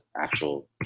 actual